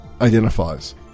identifies